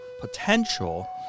potential